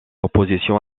opposition